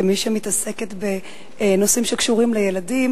כמי שעוסקת בנושאים שקשורים לילדים